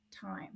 time